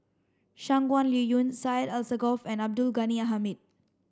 Shangguan Liuyun Syed Alsagoff and Abdul Ghani Hamid